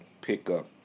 pickup